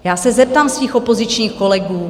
Já se zeptám svých opozičních kolegů: